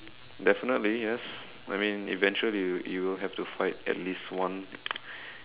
definitely yes I mean eventually you you will have to fight at least one